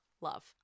love